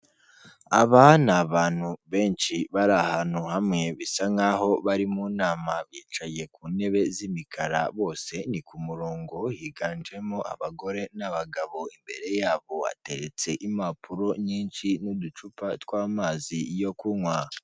Aba ni abantu benshi bari ahantu hamwe bisa nk'aho bari mu nama, bicaye ku ntebe z'imikara bose ni ku murongo, higanjemo abagore n'abagabo, imbere yabo hateretse impapuro nyinshi n'uducupa tw'amazi yo kunywa.